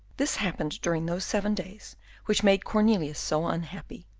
this happened during those seven days which made cornelius so unhappy,